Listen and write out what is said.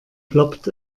ploppt